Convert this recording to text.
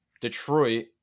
Detroit